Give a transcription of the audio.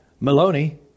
Maloney